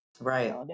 Right